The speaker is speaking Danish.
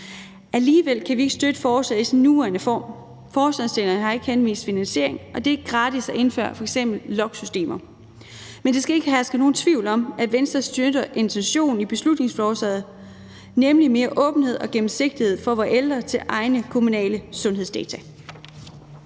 Alligevel kan vi ikke støtte forslaget i sin nuværende form; forslagsstillerne har ikke anvist finansiering, og det er ikke gratis at indføre f.eks. logsystemer. Men der skal ikke herske nogen tvivl om, at Venstre støtter intentionen i beslutningsforslaget, nemlig mere åbenhed og gennemsigtighed for vores ældre i adgangen til egne kommunale sundhedsdata.